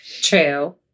true